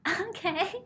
okay